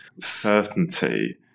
certainty